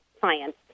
science